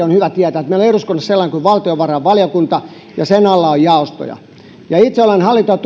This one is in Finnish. on hyvä tietää että meillä on eduskunnassa sellainen kuin valtiovarainvaliokunta ja sen alla on jaostoja ja itse olen puheenjohtajana hallinto ja